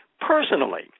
personally